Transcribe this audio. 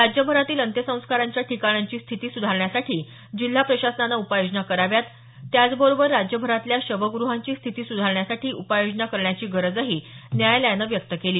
राज्यभरातील अंत्यसंस्काराच्या ठिकाणांची स्थिती सुधारण्यासाठी जिल्हा प्रशासनाने उपाययोजना कराव्यात त्याचबरोबर राज्यभरातल्या शवगृहांची स्थिती सुधारण्यासाठी उपाययोजना करण्याची गरजही न्यायालयानं व्यक्त केली